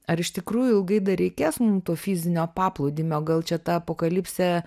ar iš tikrųjų ilgai dar reikės mum to fizinio paplūdimio gal čia ta apokalipsė